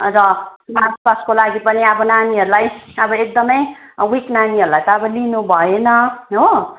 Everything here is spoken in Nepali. अन्त मार्च पासको लागि पनि अब नानीहरूलाई अब एकदमै विक नानीहरूलाई त लिनु भएन हो